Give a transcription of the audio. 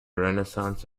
renaissance